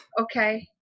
Okay